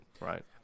right